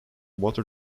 water